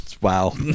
Wow